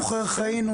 זוכר איך היינו,